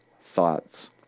thoughts